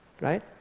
Right